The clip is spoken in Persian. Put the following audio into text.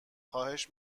خواهش